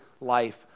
life